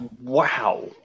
Wow